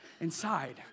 inside